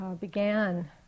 began